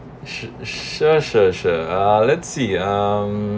su~ sure sure sure uh let's see um